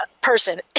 person